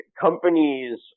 companies